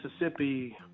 Mississippi